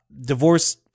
divorce